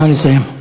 נא לסיים.